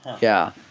yeah